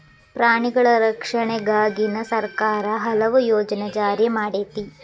ಪ್ರಾಣಿಗಳ ರಕ್ಷಣೆಗಾಗಿನ ಸರ್ಕಾರಾ ಹಲವು ಯೋಜನೆ ಜಾರಿ ಮಾಡೆತಿ